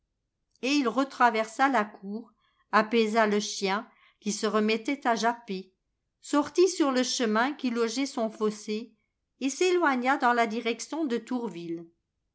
et il retraversa la cour apaisa le chien qui se remettait à japper sortit sur le chemin qui longeait son fossé et s'éloigna dans la direction de tourville